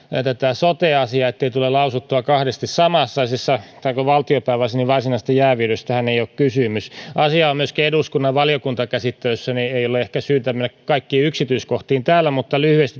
tätä sote asiaa ettei tule lausuttua kahdesti samassa asiassa taikka valtiopäiväasiassa joten varsinaisesta jääviydestähän ei ole kysymys asia on myöskin eduskunnan valiokuntakäsittelyssä eli ei ole ehkä syytä mennä kaikkiin yksityiskohtiin täällä mutta lyhyesti